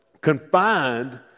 confined